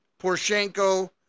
Poroshenko